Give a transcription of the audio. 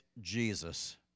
Jesus